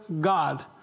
God